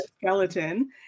skeleton